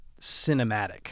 cinematic